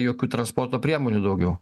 jokių transporto priemonių daugiau